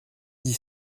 dix